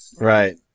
right